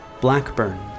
Blackburn